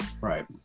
right